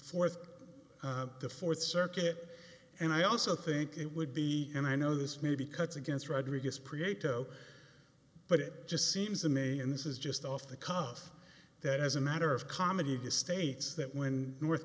fourth the fourth circuit and i also think it would be and i know this may be cuts against rodriguez prieta but it just seems i'm a and this is just off the cuff that as a matter of comedy he states that when north